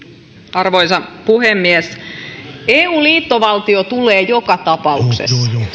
arvoisa puhemies eun liittovaltio tulee joka tapauksessa